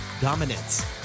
dominance